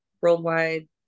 worldwide